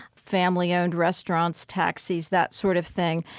family-owned restaurants, taxis, that sort of thing,